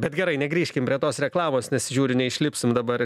bet gerai negrįžkim prie tos reklamos nes žiūriu neišlipsim dabar